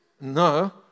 No